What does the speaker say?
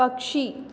पक्षी